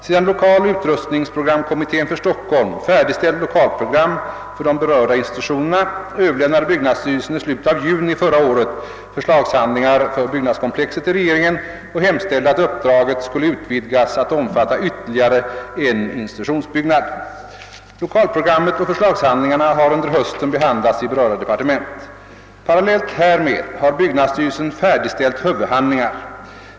Sedan lokaloch utrustningsprogramkommittén för Stockholm färdigställt lokalprogram för de berörda institutionerna överlämnade byggnadsstyrelsen i slutet av juni förra året förslagshandlingar för byggnadskomplexet till regeringen och hemställde att uppdraget skulle utvidgas att omfatta ytterligare en institutionsbyggnad. Lokalprogrammet och förslagshandlingarna har under hösten behandlats i berörda departement. Parallellt härmed har byggnadsstyrelsen färdigställt huvudhandlingar.